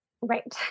right